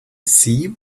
see